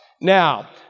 Now